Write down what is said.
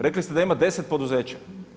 Rekli ste da ima 10 poduzeća.